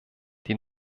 die